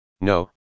no